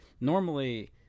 Normally